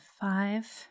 five